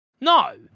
No